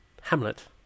hamlet